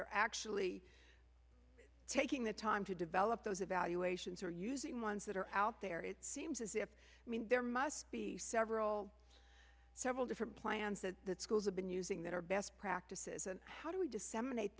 they're actually taking the time to develop those evaluations are using ones that are out there it seems as if there must be several several different plans that that schools have been using that are best practices and how do we disseminate